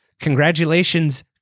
congratulations